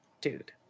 dude